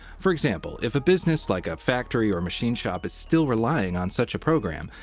for example if a business like a factory or machine shop is still relying on such a program,